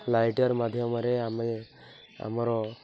ଲାଇଟର ମାଧ୍ୟମରେ ଆମେ ଆମର